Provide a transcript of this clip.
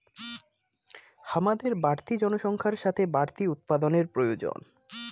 হামাদের বাড়তি জনসংখ্যার সাথে বাড়তি উৎপাদানের প্রয়োজন